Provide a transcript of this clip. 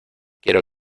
quiero